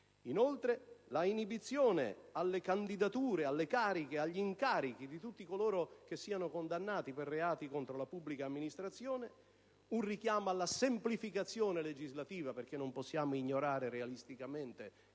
ricordo la inibizione alle candidature, alle cariche, agli incarichi di tutti coloro che siano condannati per reati contro la pubblica amministrazione; il richiamo alla semplificazione legislativa, perché non possiamo ignorare realisticamente che